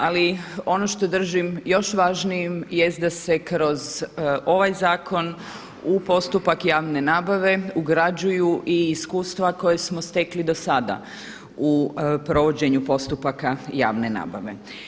Ali ono što držim još važnijim jest da se kroz ovaj zakon u postupak javne nabave ugrađuju i iskustva koja smo stekli dosada u provođenju postupaka javne nabave.